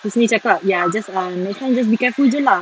husni cakap ya just um next time just be careful jer lah